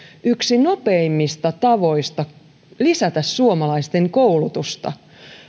yksi nopeimmista tavoista lisätä suomalaisten koulutusta